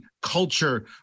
culture